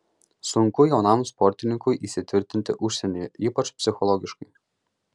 sunku jaunam sportininkui įsitvirtinti užsienyje ypač psichologiškai